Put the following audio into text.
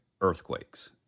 earthquakes